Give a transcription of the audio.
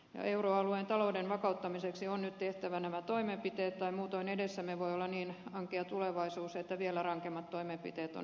euroalueen talouden vakauttamiseksi on nyt tehtävä nämä toimenpiteet tai muutoin edessämme voi olla niin ankea tulevaisuus että vielä rankemmat toimenpiteet ovat edessä